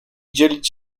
dzielić